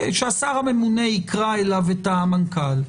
שהשר הממונה יקרא אליו את המנכ"ל.